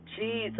Jesus